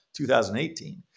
2018